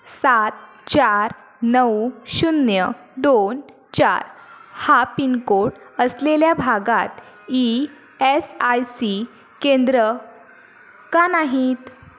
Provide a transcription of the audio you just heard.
सात चार नऊ शून्य दोन चार हा पिनकोड असलेल्या भागात ई एस आय सी केंद्र का नाहीत